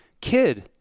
kid